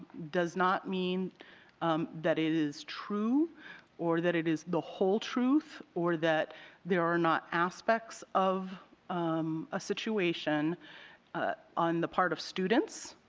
does not mean um that it is true or that it is the whole truth or that there are not aspects of a situation ah on the part of students